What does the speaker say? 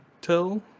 tell